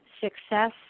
success